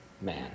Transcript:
man